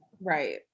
Right